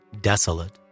desolate